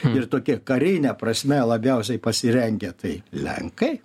ir tokia karine prasme labiausiai pasirengę tai lenkai